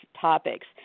topics